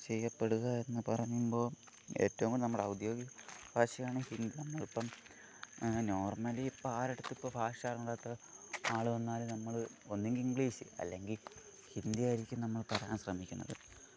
ചെയ്യപ്പെടുക എന്ന് പറയുമ്പോൾ ഏറ്റവും നമ്മുടെ ഔദ്യോഗിക ഭാഷയാണ് ഹിന്ദി നമ്മൾ ഇപ്പം നോർമലി ഇപ്പം ആരെ അടുത്ത് ഇപ്പം ഭാഷ അറിഞ്ഞു കൂടാത്ത ആൾ വന്നാലും നമ്മൾ ഒന്നെങ്കിൽ ഇംഗ്ലീഷ് അല്ലെങ്കിൽ ഹിന്ദി ആയിരിക്കും നമ്മൾ പറയാൻ ശ്രമിക്കുന്നത്